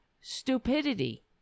stupidity